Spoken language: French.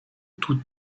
tout